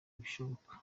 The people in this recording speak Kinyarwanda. ibishoboka